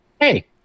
hey